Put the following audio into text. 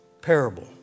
parable